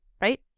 right